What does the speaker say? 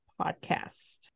podcast